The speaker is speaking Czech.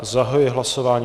Zahajuji hlasování.